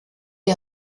est